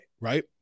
Right